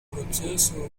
proceso